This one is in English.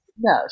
no